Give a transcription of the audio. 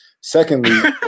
Secondly